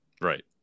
Right